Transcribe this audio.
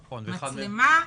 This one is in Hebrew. מצלמה,